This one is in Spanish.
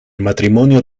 matrimonio